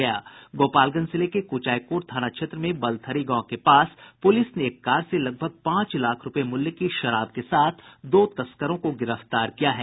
गोपालगंज जिले के कुचायकोट थाना क्षेत्र में बलथरी गांव के पास पुलिस ने एक कार से लगभग पांच लाख रूपये मूल्य की शराब के साथ दो तस्करों को गिरफ्तार किया है